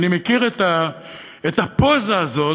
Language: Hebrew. ואני מכיר את הפוזה הזאת,